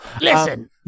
Listen